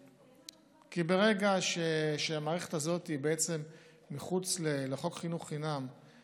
כי ברגע שהמערכת הזאת היא בעצם מחוץ לחוק חינוך חינם,